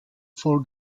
for